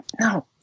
no